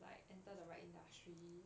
like enter the right industry